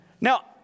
Now